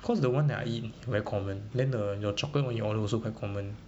cause the one that I eat very common then the your chocolate [one] you order also quite common